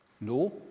no